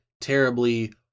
terribly